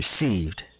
received